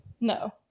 no